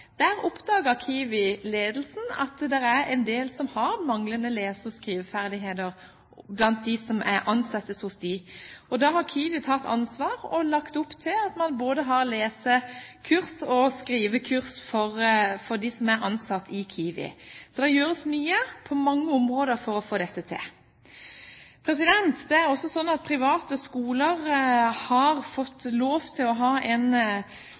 at det er en del som har manglende lese- og skriveferdigheter blant dem som ansettes hos dem. Kiwi har tatt ansvar og lagt opp til at man har både lesekurs og skrivekurs for dem som er ansatt hos Kiwi. Så det gjøres mye på mange områder for å få dette til. Det er også slik at private skoler har fått lov til å ha en